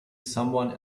someone